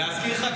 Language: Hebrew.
ולהזכיר לך,